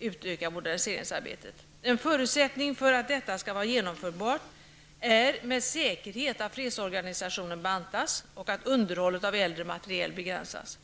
utöka moderniseringsarbetet. En förutsättning för att detta skall vara genomförbart är med säkerhet att fredsorganisationen bantas och att underhållet av äldre materiel begränsas.